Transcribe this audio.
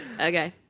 Okay